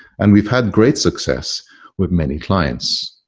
and we've had great success with many clients.